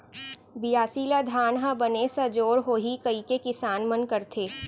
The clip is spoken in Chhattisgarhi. बियासी ल धान ह बने सजोर होही कइके किसान मन करथे